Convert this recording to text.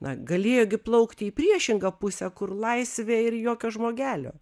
na galėjo gi plaukti į priešingą pusę kur laisvė ir jokio žmogelio